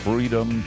Freedom